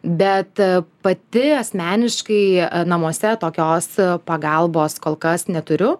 bet pati asmeniškai namuose tokios pagalbos kol kas neturiu